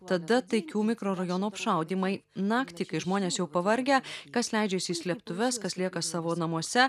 tada taikių mikrorajonų apšaudymai naktį kai žmonės jau pavargę kas leidžiasi į slėptuves kas lieka savo namuose